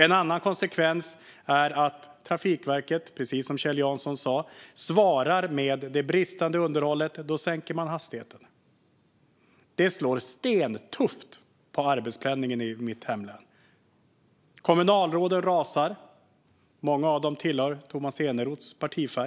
En annan konsekvens är att Trafikverket, precis som Kjell Jansson sa, svarar på det bristande underhållet med att sänka hastigheten. Det står stentufft på arbetspendlingen i mitt hemlän. Kommunalråden rasar. Många av dem har samma partifärg som Tomas Eneroth. Det gör